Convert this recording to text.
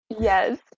Yes